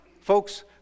Folks